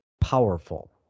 powerful